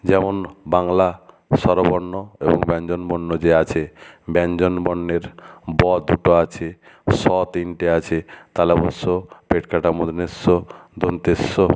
যেমন বাংলা স্বরবর্ণ এবং ব্যঞ্জনবর্ণ যে আছে ব্যঞ্জনবর্ণের ব দুটো আছে স তিনটে আছে তালব্য শ পেট কাটা মূর্ধন্য ষ দন্ত্য স